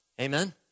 Amen